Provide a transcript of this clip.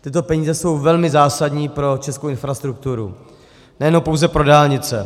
Tyto peníze jsou velmi zásadní pro českou infrastrukturu, nejenom pouze pro dálnice.